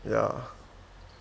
ya